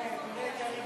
זה חוק